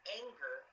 anger